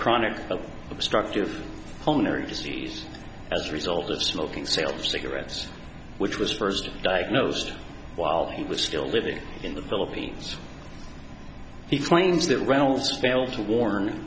chronic obstructive pulmonary disease as a result of smoking sales of cigarettes which was first diagnosed while he was still living in the philippines he claims that reynolds failed to warn